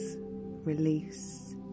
release